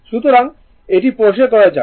সুতরাং এটি পরিষ্কার করা যাক